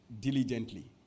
Diligently